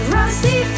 Rusty